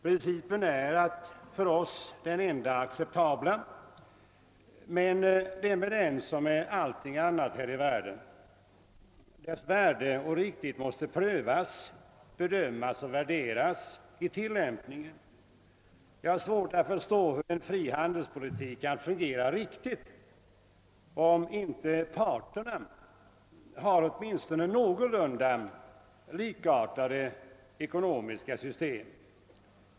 Principen är för oss den enda acceptabla men det är med den som med allting annat i världen, dess värde och riktighet måste prövas, bedömas och värderas vid tilllämpningen. Jag har svårt att förstå hur en fri handelspolitik kan fungera riktigt, om inte parterna har åtminstone någorlunda likartade ekonomiska system.